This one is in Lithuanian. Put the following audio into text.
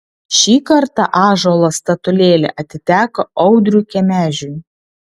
šį kartą ąžuolo statulėlė atiteko audriui kemežiui